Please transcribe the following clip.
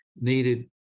needed